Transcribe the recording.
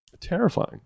Terrifying